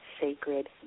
sacred